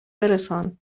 برسان